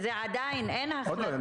עדיין אין החלטה.